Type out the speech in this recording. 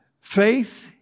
Faith